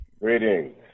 Greetings